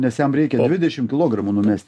nes jam reikia dvidešimt kilogramų numest